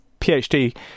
PhD